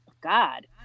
God